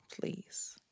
please